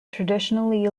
traditionally